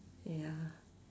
ya